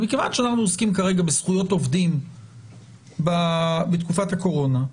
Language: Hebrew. אבל מכיוון שאנחנו עוסקים כרגע בזכויות עובדים בתקופת הקורונה,